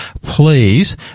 please